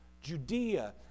Judea